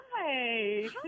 Hi